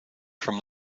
from